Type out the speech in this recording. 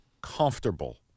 comfortable